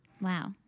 wow